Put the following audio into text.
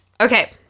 okay